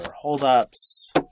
holdups